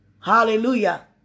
Hallelujah